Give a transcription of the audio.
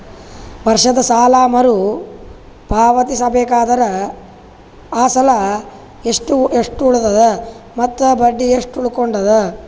ವರ್ಷದ ಸಾಲಾ ಮರು ಪಾವತಿಸಬೇಕಾದರ ಅಸಲ ಎಷ್ಟ ಉಳದದ ಮತ್ತ ಬಡ್ಡಿ ಎಷ್ಟ ಉಳಕೊಂಡದ?